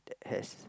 that has